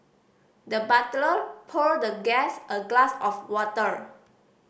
the butler poured the guest a glass of water